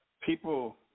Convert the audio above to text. People